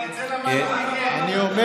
את זה למדנו מכם,